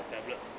tablet